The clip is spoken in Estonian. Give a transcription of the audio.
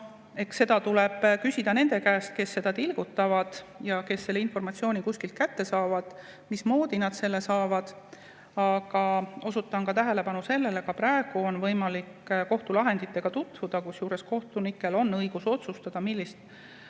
seda tuleb küsida nende käest, kes neid tilgutavad ja kes selle informatsiooni kuskilt kätte saavad, et mismoodi nad seda saavad. Aga juhin tähelepanu sellele, et ka praegu on võimalik kohtulahenditega tutvuda, kusjuures kohtunikel on õigus otsustada, kas